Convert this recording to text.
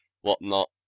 whatnot